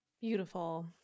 Beautiful